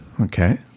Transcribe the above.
Okay